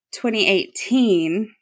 2018